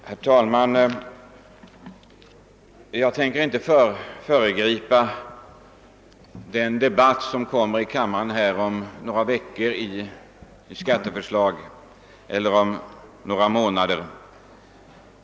Herr talman! Jag ämnar inte föregripa den debatt om skatteförslaget som om några veckor kommer att föras här i kammaren.